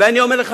ואני אומר לך,